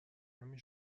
همین